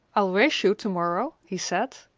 i'll race you to-morrow, he said.